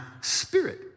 spirit